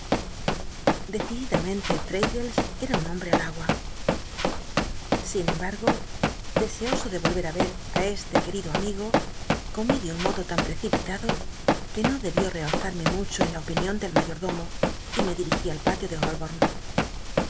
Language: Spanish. decididamente traddlcs ca un bomb'c al agua sin embargo deseoso de l'oher er á este querido amigo comí de un módo tan pt ecipitado que no debió realzarmc mucho en la opinion del mayordomo y me dirigí al patio de